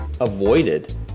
avoided